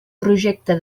projecte